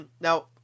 now